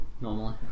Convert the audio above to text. Normally